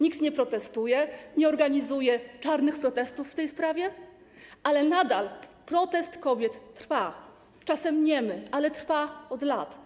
Nikt nie protestuje, nie organizuje czarnych protestów w tej sprawie, ale protest kobiet nadal trwa, czasem niemy, trwa od lat.